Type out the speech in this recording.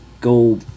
go